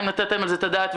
האם נתתם על זה את הדעת?